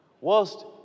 Whilst